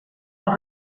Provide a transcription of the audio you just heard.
els